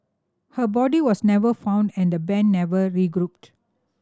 her body was never found and the band never regrouped